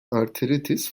arthritis